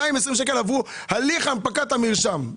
220 שקל עבור הליך הנפקת המרשם.